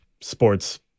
sports